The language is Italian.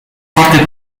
forte